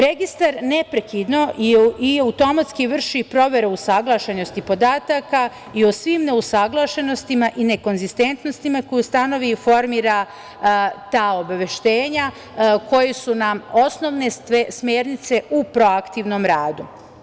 Registar neprekidno i automatski vrši proveru usaglašenosti podataka i o svim neusaglašenostima i nekonzistentnostima koje ustanovi i formira ta obaveštenja koje su nam osnovne smernice u proaktivnom radu.